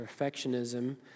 perfectionism